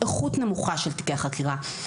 איכות נמוכה של תיקי חקירה,